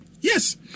Yes